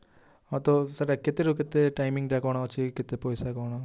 ହଁ ତ ସେଟା କେତେରୁ କେତେ ଟାଇମିଙ୍ଗଟା କ'ଣ ଅଛି କେତେ ପଇସା କ'ଣ